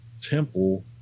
temple